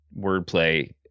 wordplay